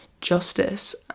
justice